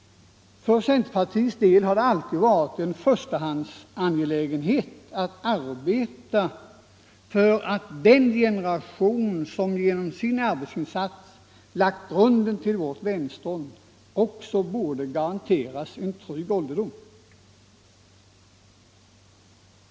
För centerpartiets del har det alltid varit en förstahandsangelägenhet att arbeta för att den generation som genom sin arbetsinsats lagt grunden till vårt välstånd också garanteras en trygg ålderdom.